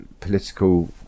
political